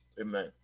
Amen